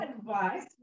advice